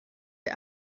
der